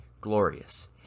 glorious